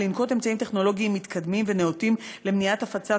ולנקוט אמצעים טכנולוגיים מתקדמים ונאותים למניעת הפצת